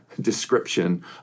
description